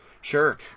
Sure